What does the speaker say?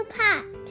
pack